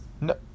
No